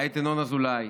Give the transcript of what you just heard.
היה ינון אזולאי,